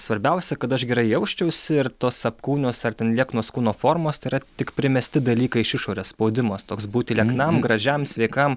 svarbiausia kad aš gerai jausčiausi ir tos apkūnios ar ten lieknos kūno formos tėra tik primesti dalykai iš išorės spaudimas toks būti lieknam gražiam sveikam